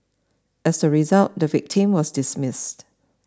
as a result the victim was dismissed